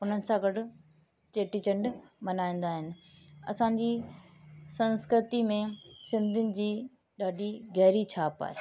हुननि सां गॾ चेटीचंड मल्हाईंदा आहिनि असांजी संस्कृतिअ में सिंधियुनि जी ॾाढी गहरी छाप आहे